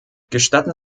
gestatten